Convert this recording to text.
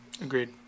Agreed